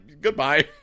goodbye